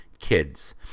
kids